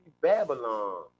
Babylon